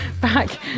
back